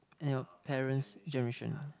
and your parent's generation ah